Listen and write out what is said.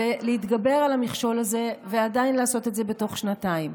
ולהתגבר על המכשול הזה ועדיין לעשות את זה בתוך שנתיים.